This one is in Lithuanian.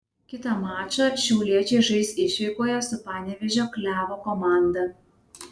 kitą mačą šiauliečiai žais išvykoje su panevėžio klevo komanda